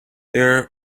there